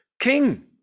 king